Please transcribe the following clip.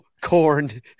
Corn